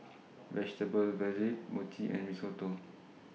Vegetable Jalfrezi Mochi and Risotto